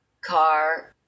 car